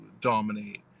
dominate